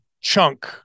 chunk